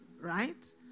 right